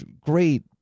great